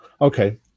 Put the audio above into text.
Okay